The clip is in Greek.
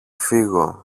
φύγω